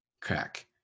Crack